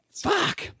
fuck